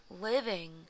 living